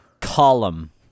Column